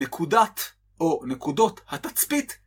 נקודת או נקודות התצפית.